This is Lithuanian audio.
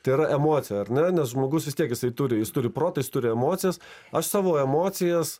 tai yra emocija ar ne nes žmogus vis tiek jisai turi jis turi protą turi emocijas aš savo emocijas